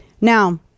Now